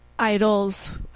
Idols